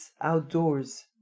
outdoors